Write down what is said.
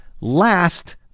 last